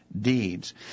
deeds